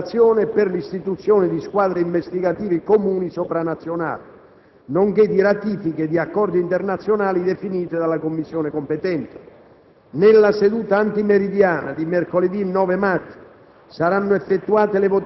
nella pubblica amministrazione e per l'istituzione di squadre investigative comuni sopranazionali, nonché di ratifiche di accordi internazionali definite dalla Commissione competente. Nella seduta antimeridiana di mercoledì 9 maggio